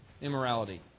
immorality